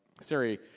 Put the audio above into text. Siri